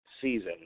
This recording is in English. season